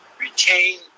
retain